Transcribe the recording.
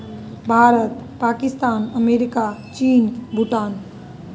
Bharat Pakistan America चीन भूटान